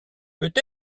peut